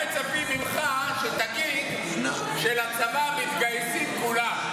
הם גם מצפים ממך שתגיד שלצבא מתגייסים כולם.